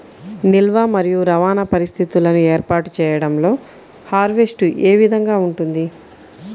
నిల్వ మరియు రవాణా పరిస్థితులను ఏర్పాటు చేయడంలో హార్వెస్ట్ ఏ విధముగా ఉంటుంది?